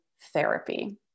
therapy